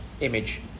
image